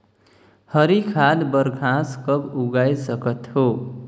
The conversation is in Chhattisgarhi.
हरी खाद बर घास कब उगाय सकत हो?